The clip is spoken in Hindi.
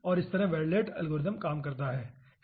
तो इस तरह वेरलेट एल्गोरिथम काम करता है ठीक है